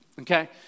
Okay